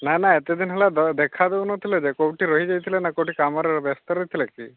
ନା ନା ଏତେ ଦିନ ହେଲା ଦେଖା ଦେଉନଥିଲେ ଯେ କେଉଁଠି ରହିଯାଇଥିଲେ ନା କେଉଁଠି କାମରେ ବ୍ୟସ୍ତ ରହିଥିଲେ କି